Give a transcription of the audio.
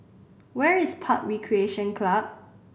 where is PUB Recreation Club